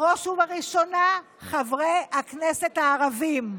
בראש ובראשונה, חברי הכנסת הערבים: